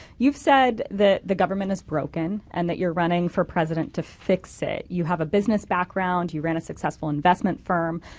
you've said that the government is broken and that you're running for president to fix it. you have a business background, you ran a successful investment firm.